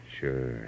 Sure